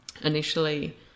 initially